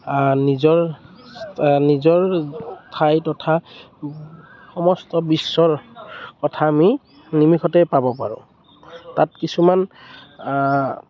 নিজৰ নিজৰ ঠাই তথা সমস্ত বিশ্বৰ কথা আমি নিমিষতে পাব পাৰোঁ তাত কিছুমান